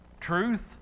truth